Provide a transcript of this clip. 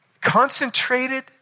concentrated